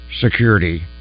Security